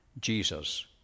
Jesus